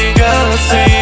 galaxy